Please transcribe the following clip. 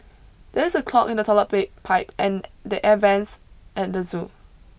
there is a clog in the toilet pipe and the air vents at the zoo